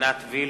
עינת וילף,